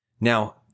Now